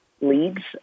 leads